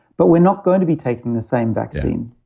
but we're not going to be taking the same vaccine,